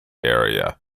area